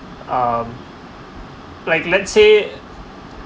um like let's say